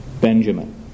Benjamin